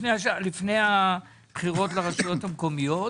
לפני הבחירות לרשויות המקומיות.